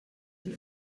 die